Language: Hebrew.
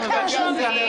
תן לו לדבר.